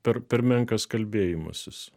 per per menkas kalbėjimasis